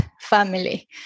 family